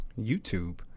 YouTube